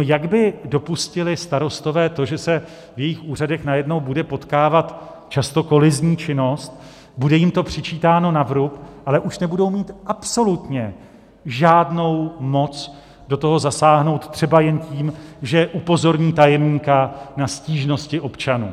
jak by dopustili starostové to, že se v jejich úřadech najednou bude potkávat často kolizní činnost, bude jim to přičítáno na vrub, ale už nebudou mít absolutně žádnou moc do toho zasáhnout třeba jen tím, že upozorní tajemníka na stížnosti občanů.